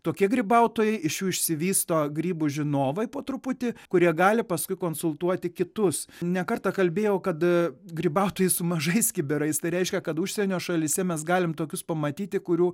tokie grybautojai iš jų išsivysto grybų žinovai po truputį kurie gali paskui konsultuoti kitus ne kartą kalbėjau kad grybautojai su mažais kibirais tai reiškia kad užsienio šalyse mes galim tokius pamatyti kurių